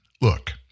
Look